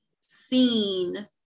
seen